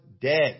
dead